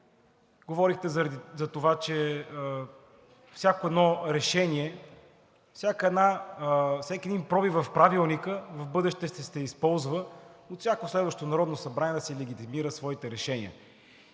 Говорихте за това, че всяко едно решение, всеки един пробив в Правилника в бъдеще ще се използва от всяко следващо Народно събрание да си легитимира своите решения.